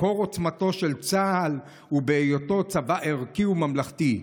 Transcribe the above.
מקור עוצמתו של צה"ל הוא בהיותו צבא ערכי וממלכתי.